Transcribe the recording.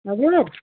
हजुर